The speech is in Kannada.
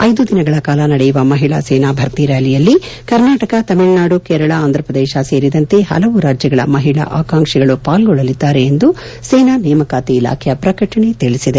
ಐದು ದಿನಗಳ ಕಾಲ ನಡೆಯುವ ಮಹಿಳಾ ಸೇನಾ ಭರ್ತಿ ರ್ಯಾಲಿಯಲ್ಲಿ ಕರ್ನಾಟಕ ತಮಿಳುನಾಡು ಕೇರಳ ಆಂಧಪ್ರದೇಶ ಸೇರಿದಂತೆ ಹಲವು ರಾಜ್ಯಗಳ ಮಹಿಳಾ ಆಕಾಂಕ್ಷಿಗಳು ಪಾಲ್ಗೊಳ್ಳಲಿದ್ದಾರೆ ಎಂದು ಸೇನಾ ನೇಮಕಾತಿ ಇಲಾಖೆಯ ಪ್ರಕಟಣೆ ತಿಳಿಸಿದೆ